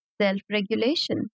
self-regulation